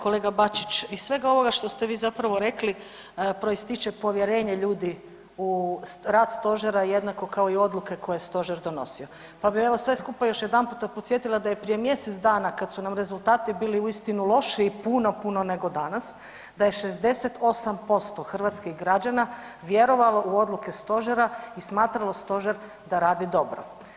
Kolega Bačić, iz svega ovoga što ste vi zapravo rekli proističe povjerenje ljudi u rad Stožera, jednako kao i odluke koje je Stožer donosio, pa bi evo, sve skupa još jedanput podsjetila da je prije mjesec dana, kad su nam rezultati bili uistinu lošiji, puno, puno nego danas, da je 68% hrvatskih građana vjerovalo u odluke Stožera i smatralo Stožer da radi dobro.